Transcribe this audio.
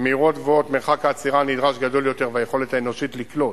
במהירויות גבוהות מרחק העצירה הנדרש גדול יותר והיכולת האנושית לקלוט,